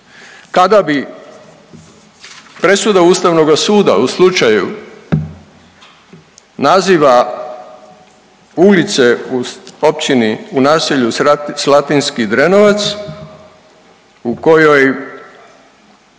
jesu. Presuda Ustavnoga suda u slučaju naziva ulice u općini u naselju Slatinski Drenovac u kojoj